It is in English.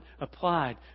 applied